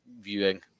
viewing